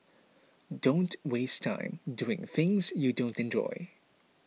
don't waste time doing things you don't enjoy